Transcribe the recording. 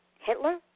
Hitler